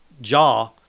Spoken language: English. jaw